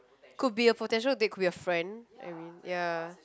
could be a potential date could be a friend I mean ya